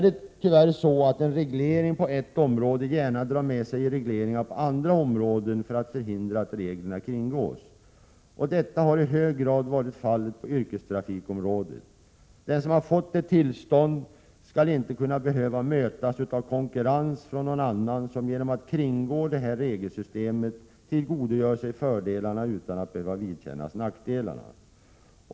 En reglering på ett område drar tyvärr gärna med sig regleringar på andra områden, för att förhindra att reglerna kringgås. Det har i hög grad varit fallet på yrkestrafikområdet. Den som har fått ett tillstånd skall inte behöva möta konkurrens från någon annan som genom att kringgå regelsystemet tillgodogör sig fördelarna utan att vidkännas nackdelarna.